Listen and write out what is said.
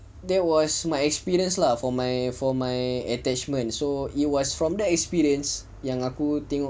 that was my experience lah for my for my attachment so it was from that experience yang aku tengok